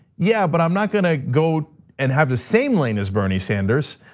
yeah, but i'm not gonna go and have the same lane as bernie sanders.